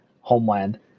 homeland